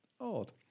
odd